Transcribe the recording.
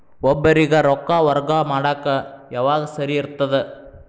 ಒಬ್ಬರಿಗ ರೊಕ್ಕ ವರ್ಗಾ ಮಾಡಾಕ್ ಯಾವಾಗ ಸರಿ ಇರ್ತದ್?